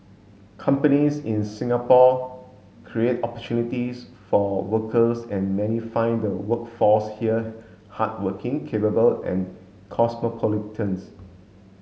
companies in Singapore create opportunities for workers and many find the workforce here hardworking capable and cosmopolitans